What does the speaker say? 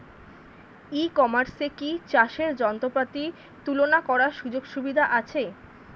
ই কমার্সে কি চাষের যন্ত্রপাতি তুলনা করার সুযোগ সুবিধা আছে?